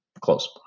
close